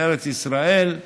לארץ ישראל.